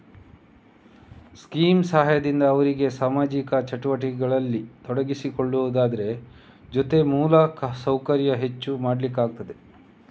scheme ಸಹಾಯದಿಂದ ಅವ್ರಿಗೆ ಸಾಮಾಜಿಕ ಚಟುವಟಿಕೆಗಳಲ್ಲಿ ತೊಡಗಿಸಿಕೊಳ್ಳುವುದ್ರ ಜೊತೆ ಮೂಲ ಸೌಕರ್ಯ ಹೆಚ್ಚು ಮಾಡ್ಲಿಕ್ಕಾಗ್ತದೆ